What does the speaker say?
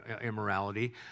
immorality